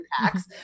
packs